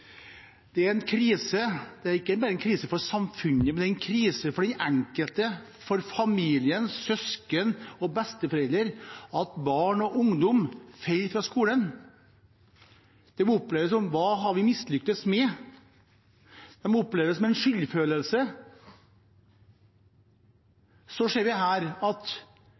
Det er en krise ikke bare for samfunnet, men for den enkelte, for familien, søsken og besteforeldre at barn og ungdom faller ut av skolen. Det må oppleves som: Hva har vi mislyktes med? Det må oppleves som skyldfølelse. Så ser vi at